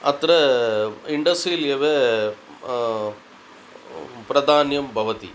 अत्र इन्डस्सियल् एव प्राधान्यं भवति